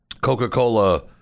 Coca-Cola